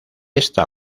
esta